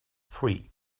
free